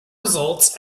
results